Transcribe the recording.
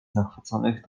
zachwyconych